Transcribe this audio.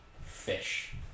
fish